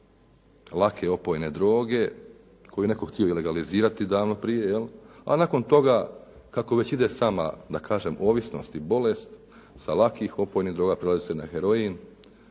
lake opojne droge koje bi netko htio i legalizirati davno prije, je li, a nakon toga kako već ide sama, da kažem ovisnost i bolest sa lakih opojnih droga prelazi se na heroin,